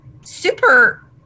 super